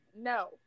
no